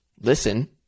listen